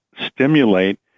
stimulate